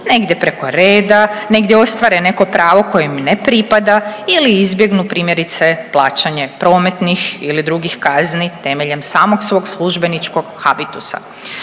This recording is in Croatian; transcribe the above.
negdje preko reda, negdje ostvare neko pravo koje im ne pripada ili izbjegnu primjerice, plaćanje prometnih ili drugih kazni temeljem samog svog službeničkog habitusa.